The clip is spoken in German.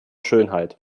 schönheit